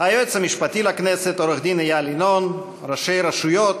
היועץ המשפטי לכנסת עו"ד איל ינון, ראשי רשויות,